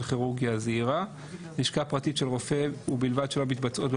כירורגיה זעירה; לשכה פרטית של רופא ובלבד שלא מתבצעות בה